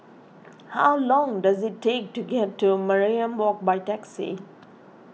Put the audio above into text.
how long does it take to get to Mariam Walk by taxi